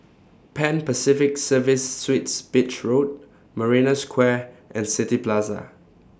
Pan Pacific Serviced Suites Beach Road Marina Square and City Plaza